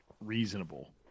reasonable